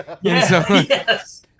Yes